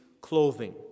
clothing